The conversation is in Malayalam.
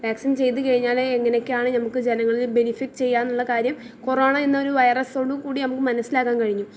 വാക്സിൻ ചെയ്തുകഴിഞ്ഞാൽ എങ്ങനെയൊക്കെയാണ് നമുക്ക് ജനങ്ങളിൽ ബെനഫിറ്റ് ചെയ്യുക എന്നുള്ള കാര്യം കൊറോണ എന്നൊരു വൈറസോട് കൂടി നമുക്ക് മനസ്സിലാക്കാൻ കഴിഞ്ഞു